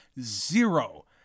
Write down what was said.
zero